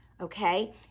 okay